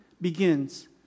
begins